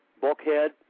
Bulkhead